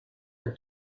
the